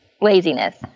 laziness